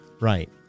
Right